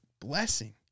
blessing